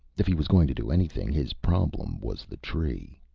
if he was going to do anything, his problem was the tree.